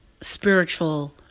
spiritual